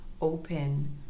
open